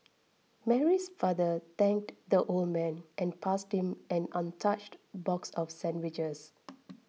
Mary's father thanked the old man and passed him an untouched box of sandwiches